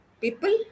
people